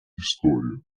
історію